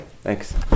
Thanks